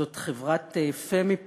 זאת חברת "פמי פרימיום",